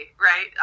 Right